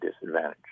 disadvantage